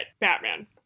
Batman